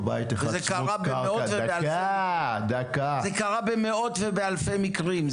זה קרה במאות ובאלפי מקרים,